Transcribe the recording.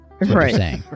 right